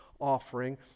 offering